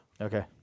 Okay